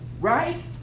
right